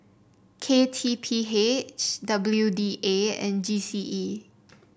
K T P H W D A and G C E